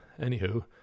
anywho